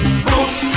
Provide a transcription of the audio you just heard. Boots